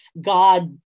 God